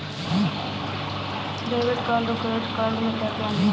Debit card और credit card के क्या क्या नियम हैं?